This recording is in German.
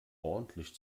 ordentlich